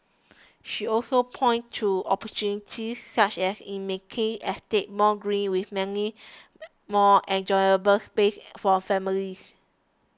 she also pointed to opportunities such as in making estates more green with many more enjoyable spaces for families